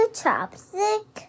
chopstick